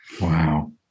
Wow